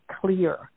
clear